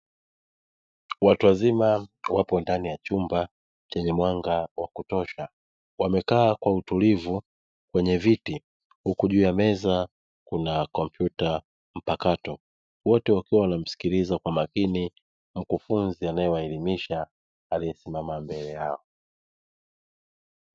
Watu wazima wapo ndani ya chumba chenye mwanga wa kutosha; wamekaa kwa utulivu kwenye viti; huku juu ya meza kuna kompyuta mpakato; wote wakiwa wanamsikiliza kwa makini mkufunzi anaewaelimisha aliyesimama mbele yao.